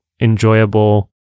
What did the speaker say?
enjoyable